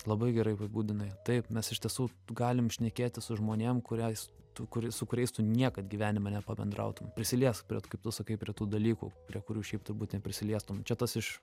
labai gerai apibūdinai taip mes iš tiesų galim šnekėtis su žmonėm kuriais tu kuris su kuriais tu niekad gyvenime nepabendrautum prisiliesk prie kaip tu sakai prie tų dalykų prie kurių šiaip turbūt neprisiliestum čia tas iš